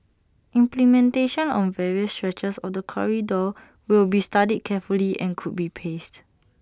implementation on various stretches of the corridor will be studied carefully and could be paced